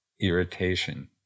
Irritation